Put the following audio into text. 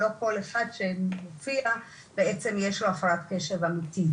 שלא כל אחד שמופיע בעצם יש לו הפרעת קשב אמיתית